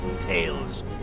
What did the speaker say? tales